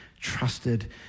trusted